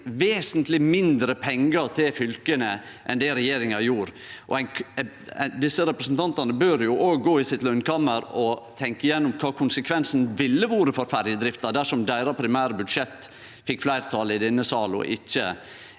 vesentleg mindre pengar til fylka enn det regjeringa gjorde. Desse representantane bør òg gå i sitt løynderom og tenkje igjennom kva konsekvensen ville ha vore for ferjedrifta dersom deira primære budsjett fekk fleirtal i denne salen, og ikkje